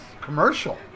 commercial